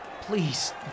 Please